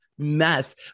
mess